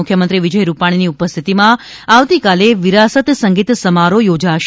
મુખ્યમંત્રી વિજય રૂપાણીની ઉપસ્થિતીમાં આવતીકાલે વિરાસત સંગીત સમારોહ યોજાશે